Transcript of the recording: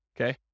okay